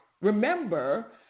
Remember